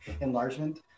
enlargement